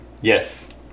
Yes